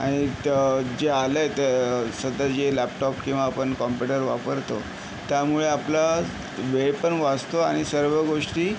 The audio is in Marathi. आणि ते जे आलं आहे ते सध्या जे लॅपटॉप किंवा आपण कम्प्युटर वापरतो त्यामुळे आपला वेळ पण वाचतो आणि सर्व गोष्टी